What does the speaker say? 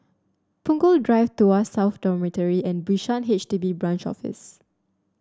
Punggol Drive Tuas South Dormitory and Bishan H D B Branch Office